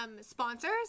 sponsors